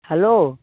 hello